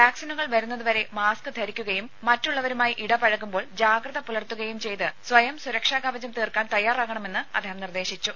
വാക്സിനുകൾ വരുന്നതുവരെ മാസ്ക് ധരിക്കുകയും മറ്റുള്ളവരുമായി ഇടപഴകുമ്പോൾ ജാഗ്രത പുലർത്തുകയും ചെയ്ത് സ്വയം സുരക്ഷാ കവചം തീർക്കാൻ തയാറാകണമെന്ന് അദ്ദേഹം നിർദേശിച്ചു